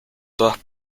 todas